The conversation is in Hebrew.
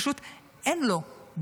פשוט אין לו בושה.